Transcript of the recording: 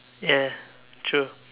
ya true